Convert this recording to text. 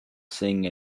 seeing